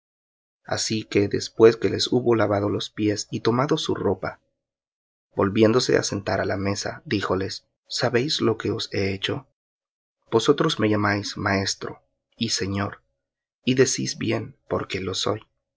así que después que les hubo lavado los pies y tomado su ropa volviéndose á sentar á la mesa díjoles sabéis lo que os he hecho vosotros me llamáis maestro y señor y decís bien porque lo soy